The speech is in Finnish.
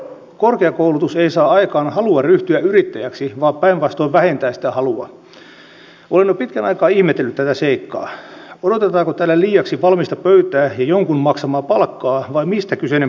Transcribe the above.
mutta kun tuolta maailmalta tulevat nämä maahanmuuttajat ja siellä on opittu siihen että naiset tekevät työt niin nyt kun meille tulee miehiä niin tämä on kaksinkertainen ongelma